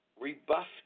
rebuffed